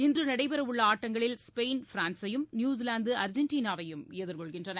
இன்றுநடைபெறஉள்ளஆட்டங்களில் Spain பிரான்சையும் New Zealand அர்ஜெண்டினாவையும் எதிர்கொள்கின்றன